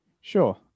Sure